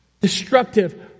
destructive